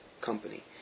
company